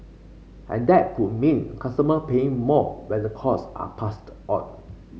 and that could mean customer paying more when the cost are passed on